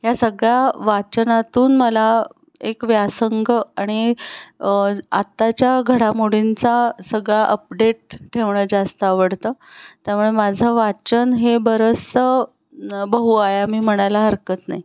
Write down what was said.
या सगळ्या वाचनातून मला एक व्यासंग आणि आत्ताच्या घडामोडींचा सगळा अपडेट ठेवणं जास्त आवडतं त्यामुळे माझं वाचन हे बरंचसं बहु आयामी म्हणायला हरकत नाही